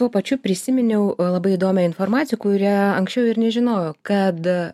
tuo pačiu prisiminiau a labai įdomią informaciją kurią anksčiau ir nežinojo kada